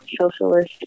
socialist